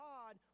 God